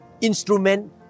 instrument